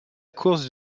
course